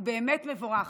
הוא באמת מבורך,